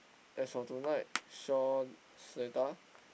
as for tonight Shaw Seletar